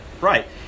Right